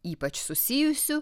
ypač susijusių